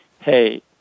hey